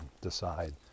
decide